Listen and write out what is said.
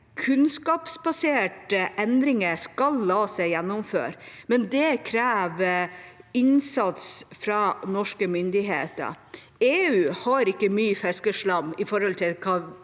Kunnskapsbaserte endringer skal la seg gjennomføre, men det krever innsats fra norske myndigheter. EU har ikke mye fiskeslam i forhold til hva